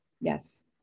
Yes